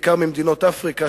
בעיקר ממדינות אפריקה,